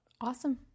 awesome